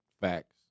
Facts